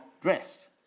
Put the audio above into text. dressed